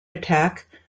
attack